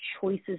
choices